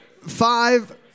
five